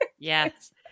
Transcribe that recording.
Yes